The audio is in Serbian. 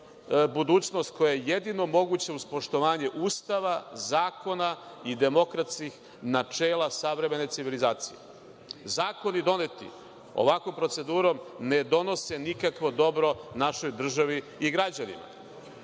budućnost koja je jedino moguća uz poštovanje Ustava, zakona i demokratskih načela savremene civilizacije. Zakoni doneti ovakvom procedurom ne donose nikakvo dobro našoj državi i građanima.